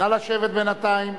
נא לשבת בינתיים.